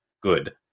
good